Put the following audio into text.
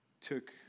took